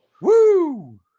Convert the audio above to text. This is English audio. Woo